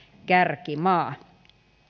kärkimaa